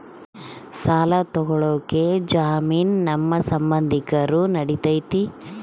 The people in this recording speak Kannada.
ಸಾಲ ತೊಗೋಳಕ್ಕೆ ಜಾಮೇನು ನಮ್ಮ ಸಂಬಂಧಿಕರು ನಡಿತೈತಿ?